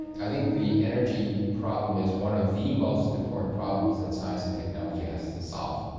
i think the energy problem is one of the most important problems that science and technology has to solve.